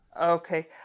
Okay